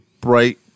bright